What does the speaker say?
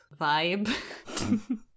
vibe